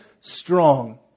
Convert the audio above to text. strong